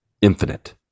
infinite